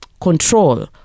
control